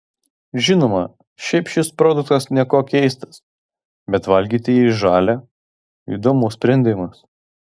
žinoma šiaip šis produktas niekuo keistas bet valgyti jį žalią įdomus sprendimas